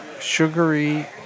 Sugary